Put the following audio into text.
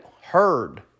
heard